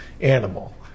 animal